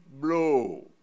blow